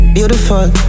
Beautiful